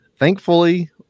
Thankfully